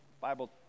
Bible